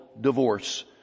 divorce